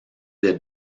des